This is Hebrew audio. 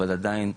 אבל עדיין,